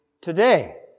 today